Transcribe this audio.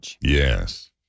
Yes